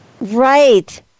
Right